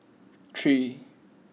three